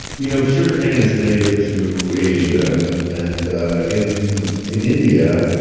you know sugarcane is native to asia and and in in india,